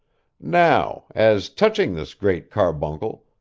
now, as touching this great carbuncle,